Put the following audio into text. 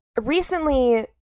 Recently